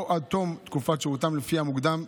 או עד תום תקופת שירותם, לפי המוקדם.